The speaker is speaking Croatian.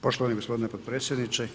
Poštovani gospodine potpredsjedniče.